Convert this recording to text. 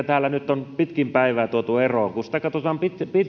täällä nyt on pitkin päivää tuotu esiin katsotaan